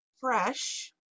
fresh